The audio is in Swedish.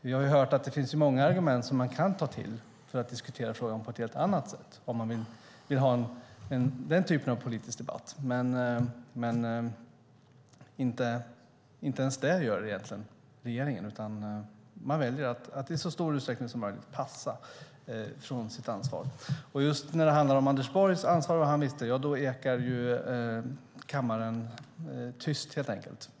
Vi har hört att det finns många argument som man kan ta till för att diskutera frågan på ett helt annat sätt om man vill ha den typen av politisk debatt. Men inte ens det gör regeringen, utan man väljer att i så stor utsträckning som möjligt passa från sitt ansvar. Just när det handlar om Anders Borgs ansvar och vad han visste då ekar det tyst i kammaren.